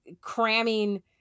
cramming